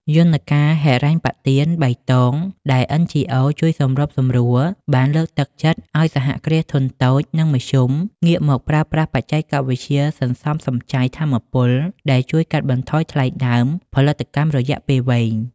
យន្តការហិរញ្ញប្បទានបៃតងដែល NGOs ជួយសម្របសម្រួល បានលើកទឹកចិត្តឱ្យ សហគ្រាសធុនតូច និងមធ្យមងាកមកប្រើប្រាស់បច្ចេកវិទ្យាសន្សំសំចៃថាមពល ដែលជួយកាត់បន្ថយថ្លៃដើមផលិតកម្មរយៈពេលវែង។